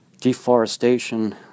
Deforestation